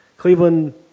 Cleveland